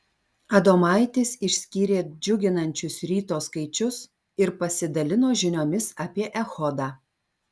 adomaitis išskyrė džiuginančius ryto skaičius ir pasidalino žiniomis apie echodą